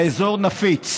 האזור נפיץ